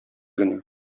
генә